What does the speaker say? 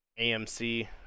AMC